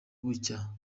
bucya